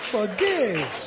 Forgive